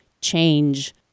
change